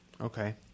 Okay